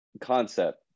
concept